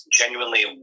genuinely